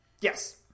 yes